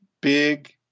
Big